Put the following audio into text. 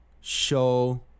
show